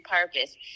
purpose